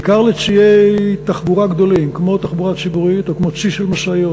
בעיקר לציי תחבורה גדולים כמו תחבורה ציבורית או כמו צי של משאיות,